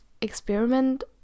experiment